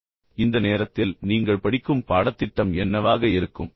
எனவே இந்த நேரத்தில் நீங்கள் படிக்கும் பாடத்திட்டம் என்னவாக இருக்கும்